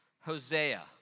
Hosea